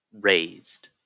Raised